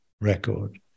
record